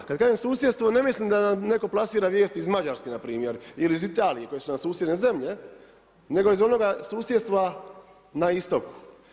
Kad kažem susjedstvo ne mislim da netko plasira vijesti iz Mađarske na primjer ili iz Italije koje su nam susjedne zemlje, nego iz onoga susjedstva na istoku.